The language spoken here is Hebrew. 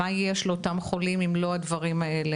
מה נותנים היום לחולים אם לא את התרופות האלו,